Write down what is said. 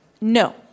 No